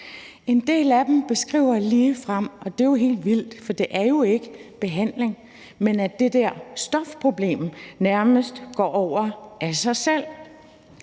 En del af dem beskriver ligefrem – og det er jo helt vildt, for det er jo ikke behandling – at det der stofproblem nærmest går over af sig selv.